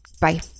Bye